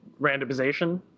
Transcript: randomization